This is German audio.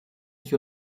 ich